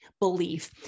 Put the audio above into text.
belief